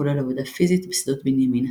כולל עבודה פיזית בשדות בנימינה.